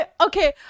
Okay